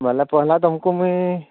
ବୋଲେ ପହେଲା ତମ୍କୁ ମୁଇଁ